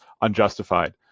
unjustified